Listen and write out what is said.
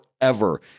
forever